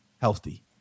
healthy